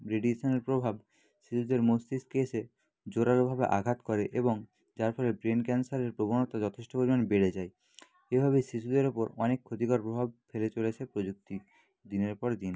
রেডিয়েশানের প্রভাব শিশুদের মস্তিষ্কে এসে জোরালোভাবে আঘাত করে এবং যার ফলে ব্রেন ক্যানসারের প্রবণতা যথেষ্ট পরিমাণ বেড়ে যায় এইভাবেই শিশুদের ওপর অনেক ক্ষতিকর প্রভাব ফেলে চলেছে প্রযুক্তি দিনের পর দিন